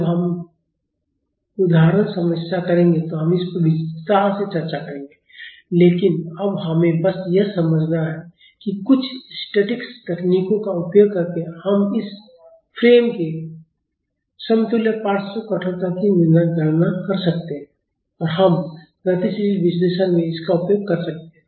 जब हम उदाहरण समस्याएँ करेंगे तो हम इस पर विस्तार से चर्चा करेंगे लेकिन अब हमें बस यह समझना है कि कुछ स्टैटिक्स तकनीकों का उपयोग करके हम इस फ्रेम के समतुल्य पार्श्व कठोरता की गणना कर सकते हैं और हम गतिशील विश्लेषण में इसका उपयोग कर सकते हैं